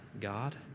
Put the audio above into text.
God